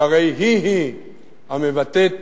שהרי היא-היא המבטאת